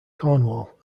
cornwall